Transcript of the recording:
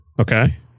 Okay